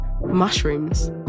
mushrooms